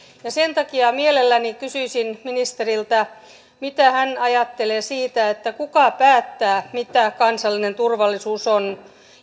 sen takia mielelläni kysyisin ministeriltä mitä hän ajattelee siitä kuka päättää mitä kansallinen turvallisuus on